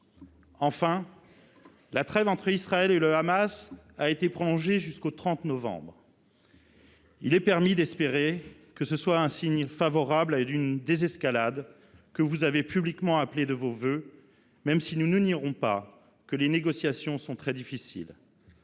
Enfin, la trêve entre Israël et le Hamas a été prolongée jusqu’au 30 novembre. Il est permis d’espérer que ce soit un signe favorable à une désescalade, que vous avez publiquement appelée de vos vœux, même si nous n’ignorons pas que les négociations sont très difficiles.